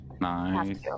Nice